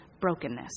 brokenness